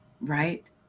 right